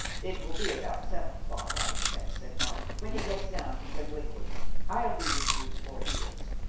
it will be about seven o'clock, i expect, said mark, when he gets down from glenkliquart. i'll be with you before he is.